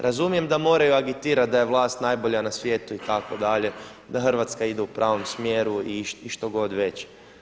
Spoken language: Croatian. Razumijem da moraju agitirati da je vlast najbolja na svijetu itd. da Hrvatska ide u pravom smjeru i što god već.